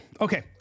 Okay